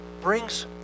brings